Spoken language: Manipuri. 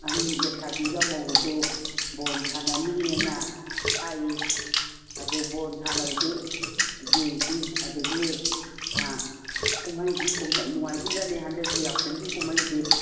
ꯑꯍꯟ ꯂꯩꯁꯥꯕꯤꯒ ꯃꯧꯒꯁꯨ ꯕꯣꯟ ꯁꯥꯟꯅꯅꯤꯑꯦꯅ ꯍꯥꯏꯌꯦ ꯑꯗꯣ ꯕꯣꯟ ꯁꯥꯟꯅꯕꯁꯨ ꯌꯦꯡꯁꯤ ꯑꯗꯒꯤ ꯀꯨꯝꯃꯩꯗꯤ ꯅꯨꯡꯉꯥꯏꯗꯣꯏ ꯖꯥꯠꯅꯦ ꯍꯟꯗꯛꯀꯤ ꯌꯥꯎꯁꯪꯒꯤ ꯀꯨꯝꯃꯩꯁꯦ